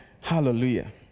Hallelujah